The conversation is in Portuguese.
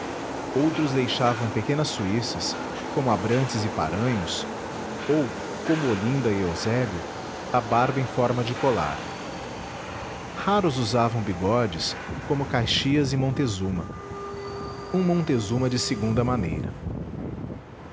outros deixavam pequenas suíças como abrantes e paranhos ou como olinda e eusébio a barba em forma de colar raros usavam bigodes como caxias e montezuma um montezuma de segunda maneira